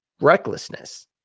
recklessness